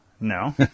No